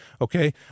okay